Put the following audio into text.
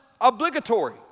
obligatory